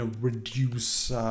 reduce